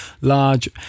large